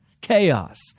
chaos